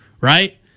right